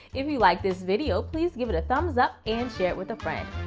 if you liked this video, please give it a thumbs up and share it with a friend.